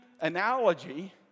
analogy